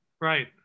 right